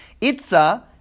itza